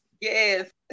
Yes